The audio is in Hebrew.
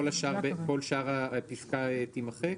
כל שאר הפסקה תמחק?